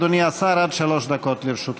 אדוני השר, עד שלוש דקות לרשותך.